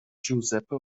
giuseppe